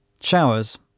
Showers